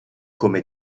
come